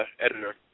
editor